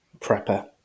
prepper